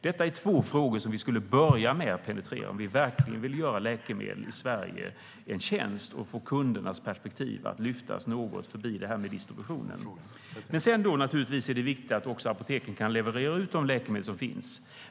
Detta är två frågor som vi borde börja med att penetrera om vi verkligen vill göra läkemedlen i Sverige en tjänst och lyfta upp kundernas perspektiv förbi distributionen. Det är naturligtvis viktigt att apoteken kan leverera de läkemedel som finns.